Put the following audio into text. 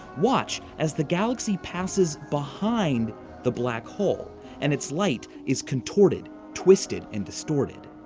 watch as the galaxy passes behind the black hole and its light is contorted, twisted and distorted.